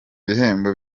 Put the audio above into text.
bihembo